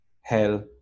hell